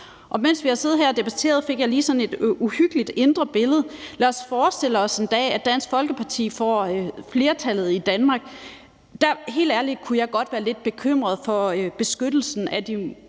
Og mens vi har siddet her og debatteret, fik jeg lige sådan et uhyggeligt indre billede. Lad os forestille os, at Dansk Folkeparti en dag får flertallet i Danmark – der kunne jeg helt ærligt godt være lidt bekymret for beskyttelsen af de